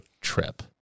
trip